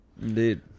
Indeed